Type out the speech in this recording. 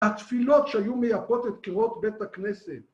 התפילות שהיו מייפות את קירות בית הכנסת...